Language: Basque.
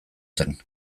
zen